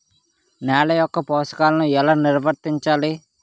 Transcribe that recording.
నెల యెక్క పోషకాలను ఎలా నిల్వర్తించాలి